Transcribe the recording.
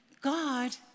God